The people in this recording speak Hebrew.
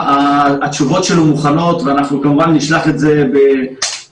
התשובות מוכנות ואנחנו כמובן שנשלח את זה בצורה